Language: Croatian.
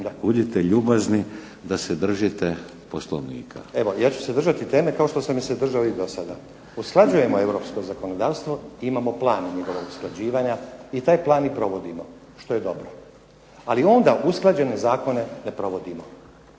Budite ljubazni da se držite Poslovnika. **Stazić, Nenad (SDP)** Evo ja ću se držati teme kao što sam se držao i do sada. Usklađujemo europsko zakonodavstvo i imamo plan njegova usklađivanja i taj plan i provodimo što je dobro, ali onda usklađene zakone ne provodimo